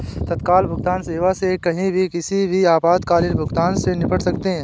तत्काल भुगतान सेवा से कहीं भी किसी भी आपातकालीन भुगतान से निपट सकते है